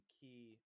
key